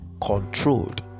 controlled